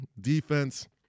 defense